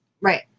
Right